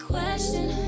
Question